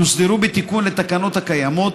יוסדרו בתיקון לתקנות הקיימות,